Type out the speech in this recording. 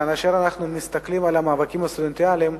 כאשר אנחנו מסתכלים על המאבקים הסטודנטיאליים,